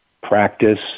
practice